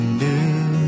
new